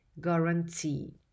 Guarantee